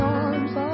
arms